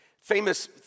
famous